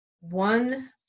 one